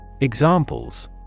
Examples